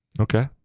Okay